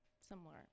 similar